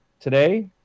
today